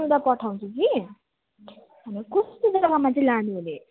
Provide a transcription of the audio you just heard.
पठाउँछु कि हन कस्तो जग्गामा चाहिँ लानु हरे